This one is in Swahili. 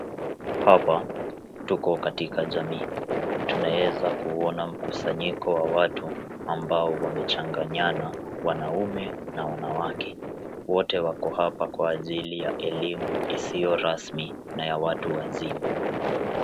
Hapa tuko katika jamii. Tunaweza kuona mkusanyiko wa watu amabo wamechanganyana wanaume na wanawake. Wote wako hapa kwa ajili ya elimu isiyo rasmi na ya watuwazima.